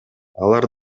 алар